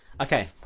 Okay